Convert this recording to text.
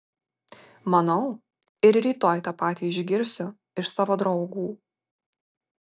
manau ir rytoj tą patį išgirsiu iš savo draugų